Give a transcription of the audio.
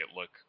look